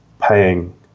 paying